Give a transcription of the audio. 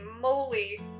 moly